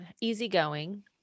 easygoing